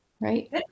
Right